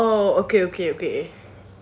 oh okay okay okay